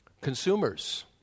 Consumers